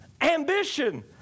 Ambition